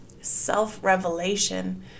self-revelation